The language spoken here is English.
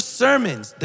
sermons